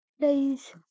please